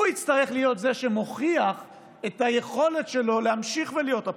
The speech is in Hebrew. הוא יצטרך להיות זה שמוכיח את היכולת שלו להמשיך ולהיות אפוטרופוס,